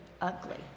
ugly